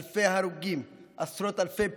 אלפי הרוגים, עשרות אלפי פצועים,